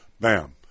Bam